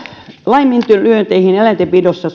laiminlyönteihin eläintenpidossa